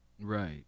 Right